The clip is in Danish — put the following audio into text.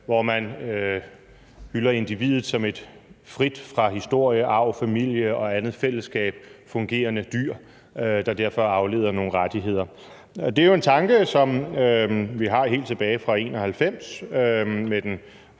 hvor man hylder individet som et frit fra historie, arv, familie og andet fællesskab fungerende dyr, hvilket derfor afleder nogle rettigheder. Det er jo en tanke, som vi har helt tilbage fra 1791 med den